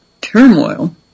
turmoil